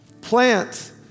plant